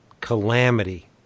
Calamity